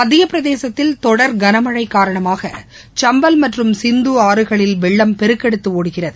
மத்தியப்பிரதேசத்தில் தொடர் கனமழைகாரணமாக சம்பல் மற்றும் சிந்துஆறுகளில் வெள்ளம் பெருக்கெடுத்துஒடுகிறது